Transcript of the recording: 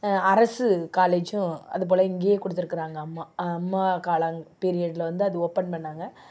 அரசு காலேஜும் அது போல் இங்கேயே கொடுத்துருக்காங்க அம்மா அம்மா காலங் பீரியடில் வந்து அதை ஓப்பன் பண்ணாங்க